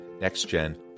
Next-Gen